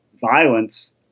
violence